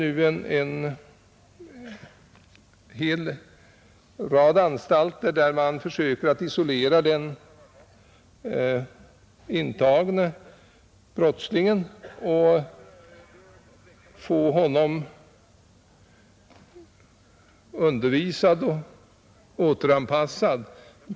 Vi har en rad anstalter, där man försöker isolera den intagne brottslingen och via undervisning få honom återanpassad.